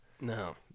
No